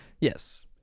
Yes